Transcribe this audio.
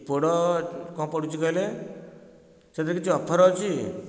ପୋଡ଼ କ'ଣ ପଡ଼ୁଛି କହିଲେ ସେଥିରେ କିଛି ଅଫର୍ ଅଛି